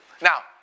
Now